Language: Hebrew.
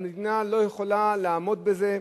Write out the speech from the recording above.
והמדינה לא יכולה לעמוד בזה.